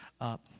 up